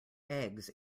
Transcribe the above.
eggs